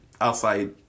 outside